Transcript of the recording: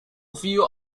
view